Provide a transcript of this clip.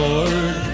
Lord